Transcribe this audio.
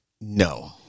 No